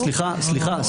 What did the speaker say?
סליחה, סליחה.